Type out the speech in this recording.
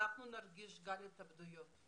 גל התאבדויות.